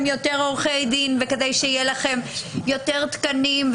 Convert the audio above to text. יותר עורכי דין וכדי שיהיה לכם יותר תקנים,